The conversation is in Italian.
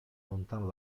lontano